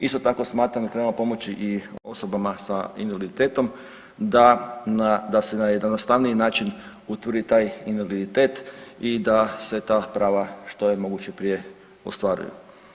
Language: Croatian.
Isto tako, smatram da treba pomoći i osobama s invaliditetom da se na jednostavniji način utvrdi taj invaliditet i da se ta prava što je moguće prije ostvaruju.